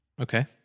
Okay